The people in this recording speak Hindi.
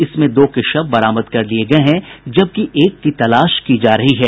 इसमें दो के शव बरामद कर लिये गये हैं जबकि एक की तलाश की जा रही है